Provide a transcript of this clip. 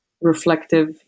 reflective